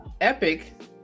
epic